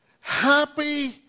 happy